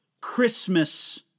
Christmas